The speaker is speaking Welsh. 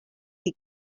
chi